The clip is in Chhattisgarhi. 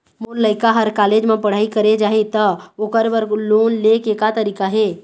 मोर लइका हर कॉलेज म पढ़ई करे जाही, त ओकर बर लोन ले के का तरीका हे?